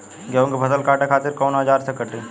गेहूं के फसल काटे खातिर कोवन औजार से कटी?